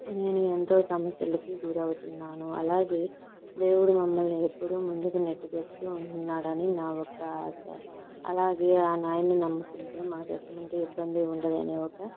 నేను ఎంతో సమస్యలకి గురవుతున్నాను అలాగే దేవుడు మమ్మల్ని ఎప్పుడూ ముందుకు నెట్టుకొస్తూ ఉంటున్నాడని నా ఒక్క ఆశ అలాగే ఆ నాయన్ని నమ్ముకుంటే మాకెటువంటి ఇబ్బంది ఉండదని ఒక